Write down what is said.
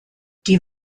die